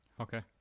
Okay